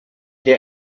der